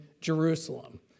Jerusalem